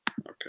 Okay